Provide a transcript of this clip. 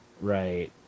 Right